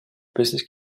business